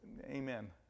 amen